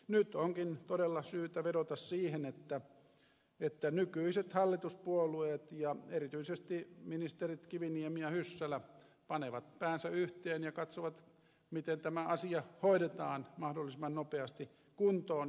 nyt onkin todella syytä vedota siihen että nykyiset hallituspuolueet ja erityisesti ministerit kiviniemi ja hyssälä panevat päänsä yhteen ja katsovat miten tämä asia hoidetaan mahdollisimman nopeasti kuntoon